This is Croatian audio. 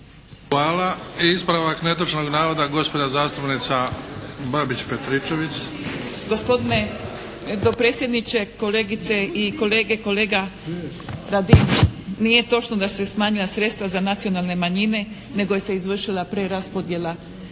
Hvala. Ispravak netočnog navoda gospođa zastupnica Babić-Petričević. **Babić-Petričević, Zdenka (HDZ)** Gospodine dopredsjedniče, kolegice i kolege. Kolega Radin, nije točno da su se smanjila sredstva za nacionalne manjine nego se izvršila preraspodjela